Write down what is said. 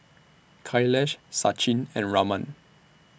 Kailash Sachin and Raman